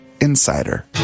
Insider